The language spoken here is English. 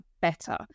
better